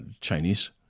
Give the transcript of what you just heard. Chinese